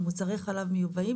אבל מוצרי חלב מיובאים,